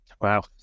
wow